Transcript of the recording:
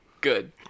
Good